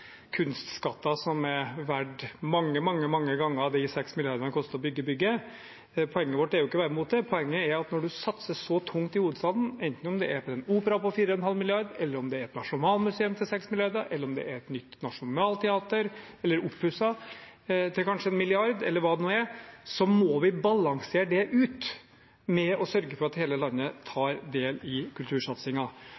kunstskatter som er verdt mange, mange ganger de 6 mrd. kr det koster å bygge bygget. Poenget vårt er ikke å være mot det. Poenget er at når en satser så tungt i hovedstaden, enten det er en opera til 4,5 mrd. kr, nasjonalmuseum til 6 mrd. kr, eller om det er oppussing av Nationaltheatret til kanskje 1 mrd. kr, eller hva nå det er, må vi balansere det ut med å sørge for at hele landet